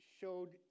showed